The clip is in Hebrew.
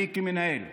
אני, כמנהל,